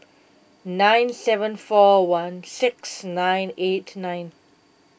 nine seven four one six nine eight nine